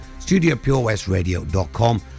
studiopurewestradio.com